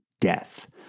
death